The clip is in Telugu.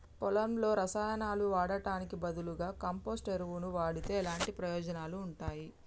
పొలంలో రసాయనాలు వాడటానికి బదులుగా కంపోస్ట్ ఎరువును వాడితే ఎలాంటి ప్రయోజనాలు ఉంటాయి?